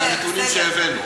אלה הנתונים שהבאנו.